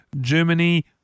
Germany